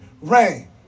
rain